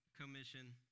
commission